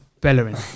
Bellerin